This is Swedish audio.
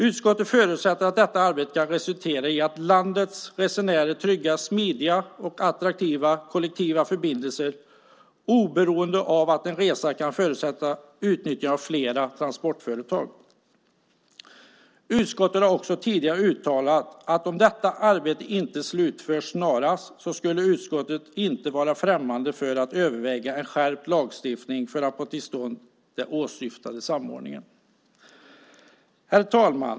Utskottet förutsätter att detta arbete kan resultera i att landets resenärer tryggas smidiga och attraktiva kollektiva förbindelser oberoende av om en resa kan förutsätta användande av flera transportföretag. Utskottet har också tidigare uttalat att om detta arbete inte slutförs snarast skulle man inte vara främmande för att överväga en skärpning av lagstiftningen för att få till stånd den åsyftade samordningen. Herr talman!